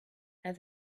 and